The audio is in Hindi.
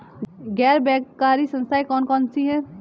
गैर बैंककारी संस्थाएँ कौन कौन सी हैं?